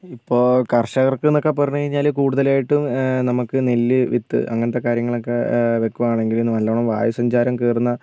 ഇപ്പോൾ കർഷകർക്ക് എന്നൊക്കെ പറഞ്ഞു കഴിഞ്ഞാൽ കൂടുതലായിട്ടും നമുക്ക് നെല്ല് വിത്ത് അങ്ങനത്തെ കാര്യങ്ങളൊക്കെ വയ്ക്കുവാണെങ്കിൽ നല്ലവണ്ണം വായു സഞ്ചാരം കയറുന്ന